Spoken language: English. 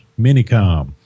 Minicom